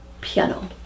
piano